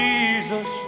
Jesus